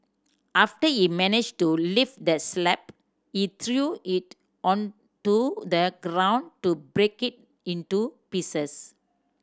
after he managed to lift the slab he threw it onto the ground to break it into pieces